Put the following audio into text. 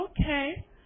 okay